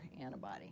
antibody